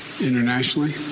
internationally